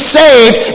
saved